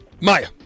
Maya